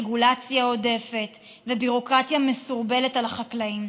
רגולציה עודפת וביורוקרטיה מסורבלת על החקלאים,